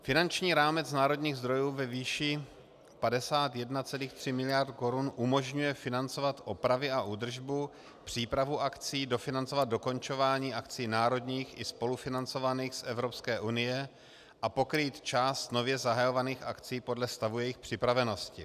Finanční rámec z národních zdrojů ve výši 51,3 miliardy korun umožňuje financovat opravy a údržbu, přípravu akcí, dofinancovat dokončování akcí národních i spolufinancovaných z EU a pokrýt část nově zahajovaných akcí podle stavu jejich připravenosti.